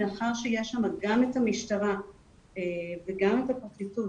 מאחר שיש שם גם את המשטרה וגם את הפרקליטות